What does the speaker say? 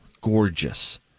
gorgeous